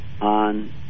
on